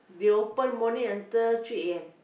they open morning until three A_M